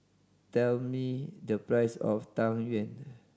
tell me the price of Tang Yuen